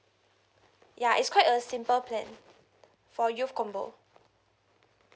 ya it's quite a simple plan for youth combo